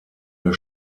der